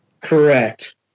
Correct